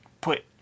put